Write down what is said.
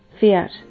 fiat